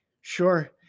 sure